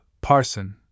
parson